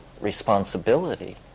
responsibility